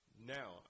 Now